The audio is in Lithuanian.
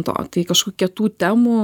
to tai kažkokia tų temų